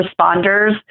responders